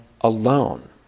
alone